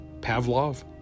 pavlov